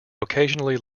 occasionally